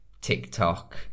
tiktok